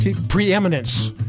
preeminence